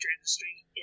industry